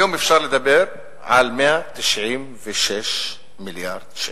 היום אפשר לדבר על 196 מיליארד שקלים.